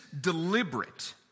deliberate